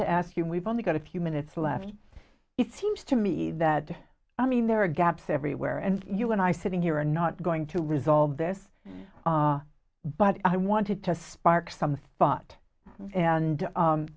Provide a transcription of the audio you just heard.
to ask you we've only got a few minutes left it seems to me that i mean there are gaps everywhere and you and i sitting here are not going to resolve this but i wanted to spark some thought and